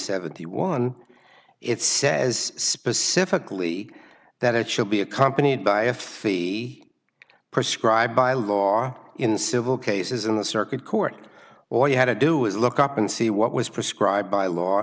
seventy one it says specifically that it should be accompanied by a fee prescribed by law in civil cases in the circuit court or you had to do is look up and see what was prescribed by law